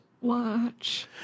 Watch